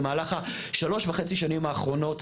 במהלך השלוש וחצי שנים האחרונות.